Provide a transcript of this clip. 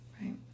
Right